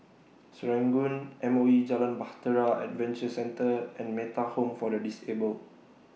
Serangoon M O E Jalan Bahtera Adventure Centre and Metta Home For The Disabled